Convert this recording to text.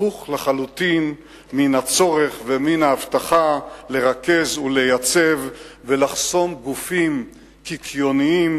הפוך לחלוטין מן הצורך ומן ההבטחה לרכז ולייצב ולחסום גופים קיקיוניים